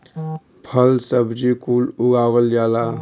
फल सब्जी कुल उगावल जाला